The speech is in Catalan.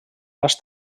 pas